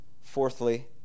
Fourthly